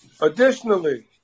Additionally